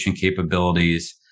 capabilities